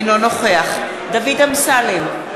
אינו נוכח דוד אמסלם,